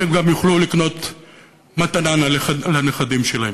שהם גם יוכלו לקנות מתנה לנכדים שלהם.